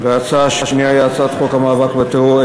ההצעה השנייה היא הצעת חוק המאבק בטרור,